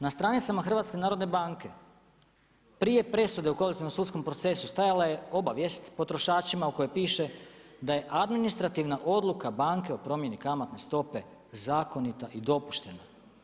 Na stranicama HNB prije presude o kolektivnom sudskom procesu stajala je obavijaste potrošačima u kojem piše da je administrativna odluka banke o promjeni kamatne stope zakonita i dopuštena.